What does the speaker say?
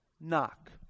knock